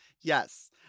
Yes